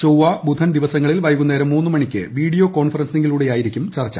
ചൊവ്വ ബുധൻ ദിവസങ്ങളിൽ വൈകുന്നേരം മൂന്ന് മണിക്ക് വീഡിയോ കോൺഫറൻസിങ്ങിലൂടെയായിരിക്കും ചർച്ചു